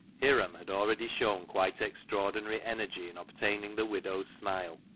hiram had already shown quite extraordinary energy in obtaining the widow's smile,